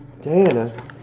Diana